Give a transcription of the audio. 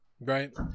Right